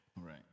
Right